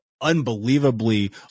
unbelievably